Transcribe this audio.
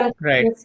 right